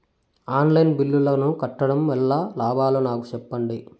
On line బిల్లుల ను కట్టడం వల్ల లాభాలు నాకు సెప్పండి?